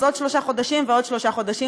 אז עוד שלושה חודשים ועוד שלושה חודשים.